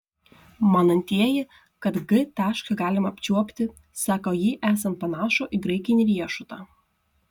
manantieji kad g tašką galima apčiuopti sako jį esant panašų į graikinį riešutą